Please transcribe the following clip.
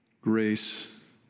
Grace